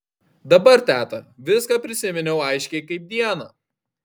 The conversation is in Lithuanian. dabar teta viską prisiminiau aiškiai kaip dieną